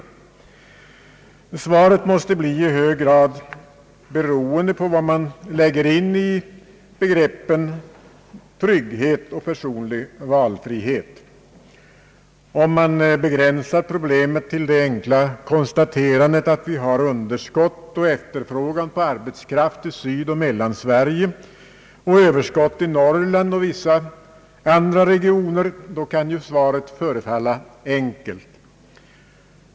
Svaret måste i hög grad bli beroende på vad man lägger in i begreppen trygghet och personlig valfrihet. Om man begränsar problemet till det enkla konstaterandet att vi har underskott och efterfrågan på arbetskraft i Sydoch Mellansverige och överskott i Norrland och vissa andra regioner kan svaret förefalla enkelt.